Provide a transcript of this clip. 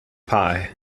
pie